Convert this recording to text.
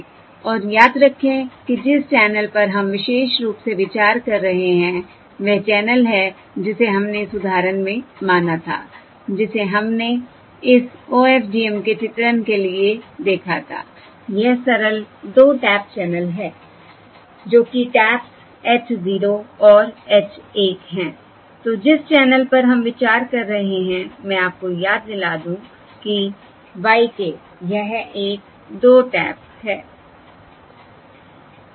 और याद रखें कि जिस चैनल पर हम विशेष रूप से विचार कर रहे हैं वह चैनल है जिसे हमने उस उदाहरण में माना था जिसे हमने इस OFDM के चित्रण के लिए देखा था यह सरल 2 टैप चैनल है जो कि टैप्स h 0 और h 1 हैं I तो जिस चैनल पर हम विचार कर रहे हैं मैं आपको याद दिला दूं कि y k यह एक 2 टैप है